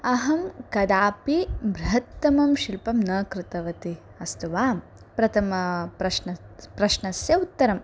अहं कदापि बृहत्तमं शिल्पं न कृतवती अस्तु वा प्रथमप्रश्नस्य प्रश्नस्य उत्तरम्